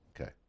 Okay